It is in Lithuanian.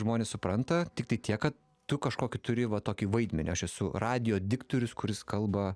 žmonės supranta tiktai tiek kad tu kažkokį turi va tokį vaidmenį aš esu radijo diktorius kuris kalba